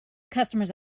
customers